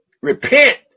Repent